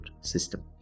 system